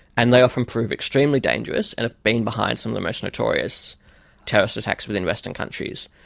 and they often prove extremely dangerous and have been behind some of the most notorious terrorist attacks within western countries.